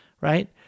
right